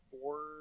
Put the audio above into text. four